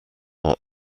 are